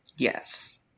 Yes